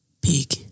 big